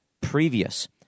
previous